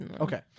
Okay